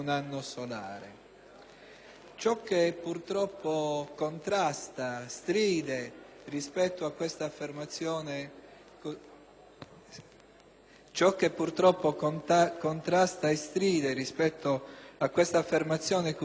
Ciò che purtroppo contrasta e stride rispetto a questa affermazione così impegnativa è